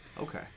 Okay